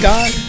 God